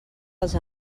dels